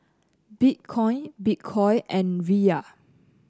Bitcoin Bitcoin and Riyal